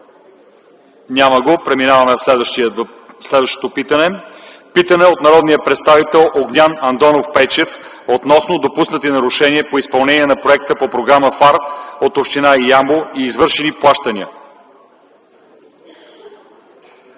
ИВАНОВ : Преминаваме към питане от народния представител Огнян Андонов Пейчев относно допуснати нарушения по изпълнение на проект по Програма ФАР от община Ямбол и извършени плащания.